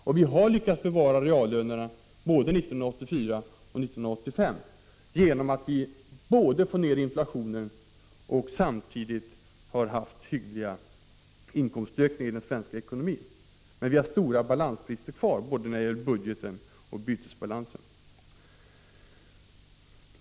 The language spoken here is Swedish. Vi har också lyckats bevara reallönerna både under 1984 och 1985 genom att vi har fått ned inflationen och samtidigt gett människor hyggliga inkomstökningar. Men vi har stora balansbrister kvar när det gäller både budgeten och bytesbalansen.